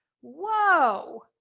whoa